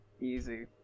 Easy